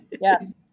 yes